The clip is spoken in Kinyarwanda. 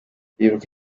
bibuka